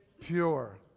pure